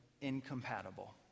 incompatible